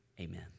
Amen